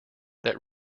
that